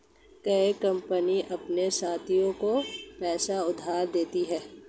कई कंपनियां अपने साथियों को पैसा उधार देती हैं